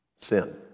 Sin